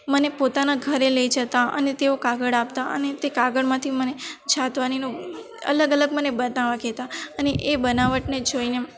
મને પોતાના ઘરે લઈ જતાં અને તેઓ કાગળ આપતા અને તે કાગળમાંથી મને છાતવાનીનું અલગ અલગ મને બતાવવા કહેતા અને એ બનાવટને જોઈને